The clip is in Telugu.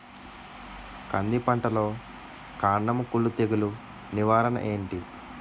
కంది పంటలో కందము కుల్లు తెగులు నివారణ ఏంటి?